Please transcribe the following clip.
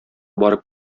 барып